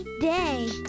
day